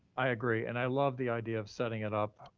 i agree. and i love the idea of setting it up